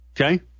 Okay